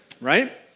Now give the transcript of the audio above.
right